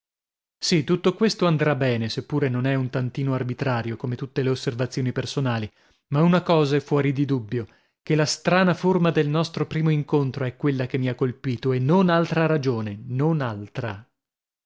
sì tutto questo andrà bene se pure non è un tantino arbitrario come tutte le osservazioni personali ma una cosa è fuori di dubbio che la strana forma del nostro primo incontro è quella che mi ha colpito e non altra ragione non altra